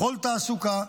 לכל תעסוקה,